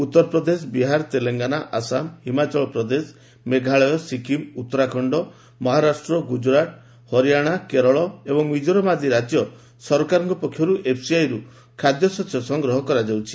ଉଉରପ୍ରଦେଶ ବିହାର ଡେଲଙ୍ଗାନା ଆସାମ ହିମାଚଳପ୍ରଦେଶ ମେଘାଳୟ ସିକିମ୍ ଉତ୍ତରାଖଣ୍ଡ ମହାରାଷ୍ଟ୍ର ଗୁଜରାଟ ହରିଆଣା କେରଳ ଏବଂ ମିଜୋରାମ ଆଦି ରାଜ୍ୟର ସରକାରଙ୍କ ପକ୍ଷରୁ ଏଫ୍ସିଆଇରୁ ଖାଦ୍ୟଶସ୍ୟ ସଂଗ୍ରହ କରାଯାଉଛି